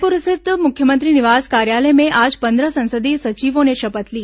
रायपुर स्थित मुख्यमंत्री निवास कार्यालय में आज पंद्रह संसदीय सचिवों ने शपथ ली